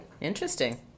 Interesting